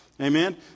amen